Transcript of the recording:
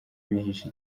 bihishe